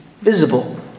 visible